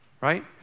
right